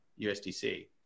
USDC